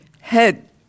head